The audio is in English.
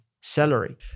celery